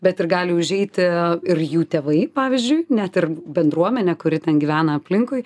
bet ir gali užeiti ir jų tėvai pavyzdžiui net ir bendruomenė kuri ten gyvena aplinkui